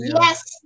Yes